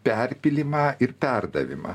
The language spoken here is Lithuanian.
perpylimą ir perdavimą